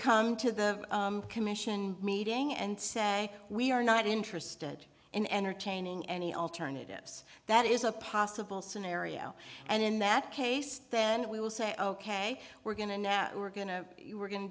come to the commission meeting and say we are not interested in entertaining any alternatives that is a possible scenario and in that case then we will say ok we're going to now we're going to you we're go